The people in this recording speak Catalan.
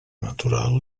natural